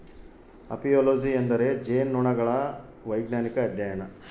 apiology ಎಂದರೆ ಜೇನುನೊಣಗಳ ವೈಜ್ಞಾನಿಕ ಅಧ್ಯಯನ